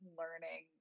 learning